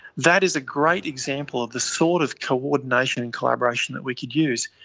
that is a great example of the sort of coordination and collaboration that we could use.